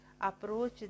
approach